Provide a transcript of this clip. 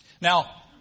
Now